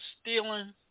stealing